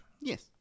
yes